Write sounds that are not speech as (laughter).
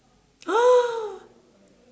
(noise)